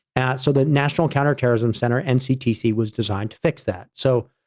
and so, the national counterterrorism center, nctc, was designed to fix that. so,